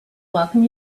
welcome